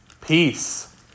peace